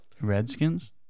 Redskins